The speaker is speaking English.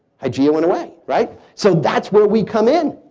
hygeia went away, right? so that's where we come in.